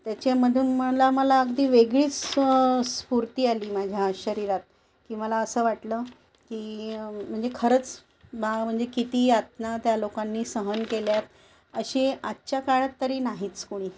त्याच्यामधून मला मला अगदी वेगळीच स्फूर्ती आली माझ्या शरीरात की मला असं वाटलं की म्हणजे खरंच बा म्हणजे किती यातना त्या लोकांनी सहन केल्या आहेत असे आजच्या काळात तरी नाहीच कोणी